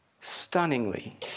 stunningly